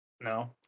No